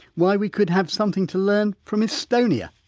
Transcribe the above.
why we could have something to learn from estonia.